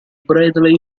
bradley